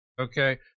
Okay